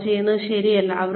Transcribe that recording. അവർ ചെയ്യുന്നത് ശരിയല്ലേ